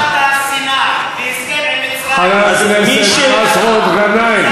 ההסכם עם מצרים, חבר הכנסת מסעוד גנאים.